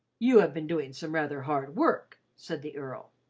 you have been doing some rather hard work, said the earl.